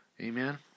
Amen